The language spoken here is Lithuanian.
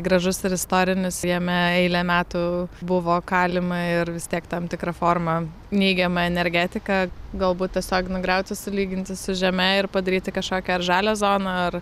gražus ir istorinis jame eilę metų buvo kalima ir vis tiek tam tikra forma neigiama energetika galbūt tiesiog nugriauti sulyginti su žeme ir padaryti kažkokią ar žalią zoną ar